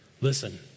Listen